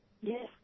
Yes